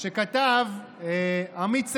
שכתב עמית סגל.